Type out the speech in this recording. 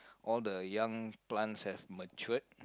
all the young plants have matured